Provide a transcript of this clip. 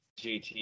JT